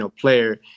player